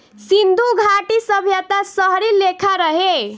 सिन्धु घाटी सभ्यता शहरी लेखा रहे